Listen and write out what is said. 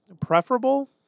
preferable